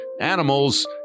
animals